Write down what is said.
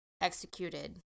executed